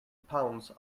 pounds